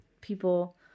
people